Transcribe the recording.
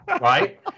right